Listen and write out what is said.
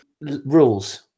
rules